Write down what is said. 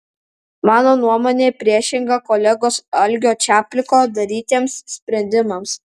mano nuomonė priešinga kolegos algio čapliko darytiems sprendimams